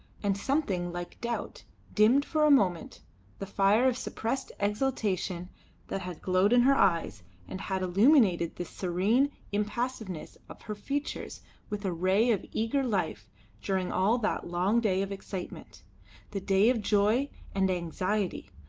and something like doubt dimmed for a moment the fire of suppressed exaltation that had glowed in her eyes and had illuminated the serene impassiveness of her features with a ray of eager life during all that long day of excitement the day of joy and anxiety,